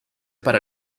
para